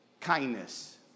Kindness